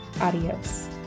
Adios